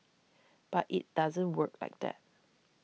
but it doesn't work like that